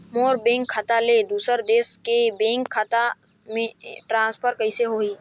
मोर bank खाता ले दुसर देश के बैंक खाता मे ट्रांसफर कइसे होही?